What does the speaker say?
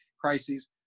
crises